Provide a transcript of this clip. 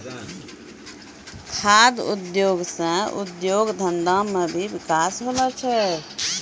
खाद्य उद्योग से उद्योग धंधा मे भी बिकास होलो छै